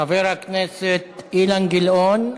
חבר הכנסת אילן גילאון,